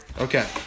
Okay